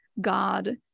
god